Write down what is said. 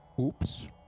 Oops